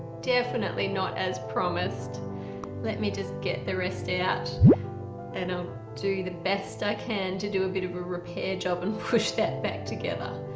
definitely not as promised let me just get the rest out and i'll do the best i can to do a bit of a repair job and push that back together.